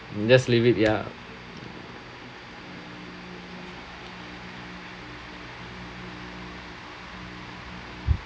you just leave it ya